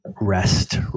rest